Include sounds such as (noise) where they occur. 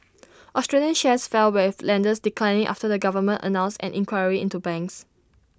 (noise) Australian shares fell with lenders declining after the government announced an inquiry into banks